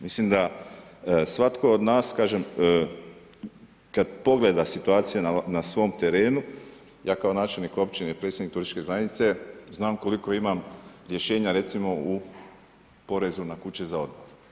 Mislim da svatko od nas, kažem, kad pogleda situaciju na svom terenu, ja kao načelnik općine, predsjednik turističke zajednice, znam koliko imam rješenja recimo u porezu na kuće za odmor.